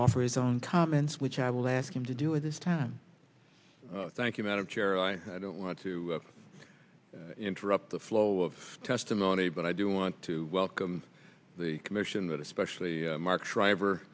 offer his own comments which i will ask him to do at this time thank you madam chair i don't want to interrupt the flow of testimony but i do want to welcome the commission that especially mark shriver